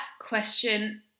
question